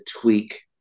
tweak